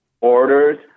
orders